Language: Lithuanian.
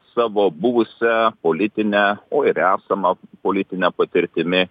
savo buvusia politine o ir esama politine patirtimi